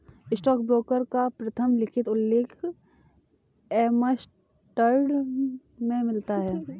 stockbroker का प्रथम लिखित उल्लेख एम्स्टर्डम में मिलता है